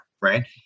Right